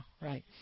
Right